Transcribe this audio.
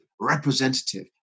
representative